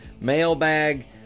Mailbag